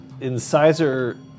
Incisor